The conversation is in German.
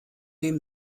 dem